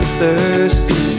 thirsty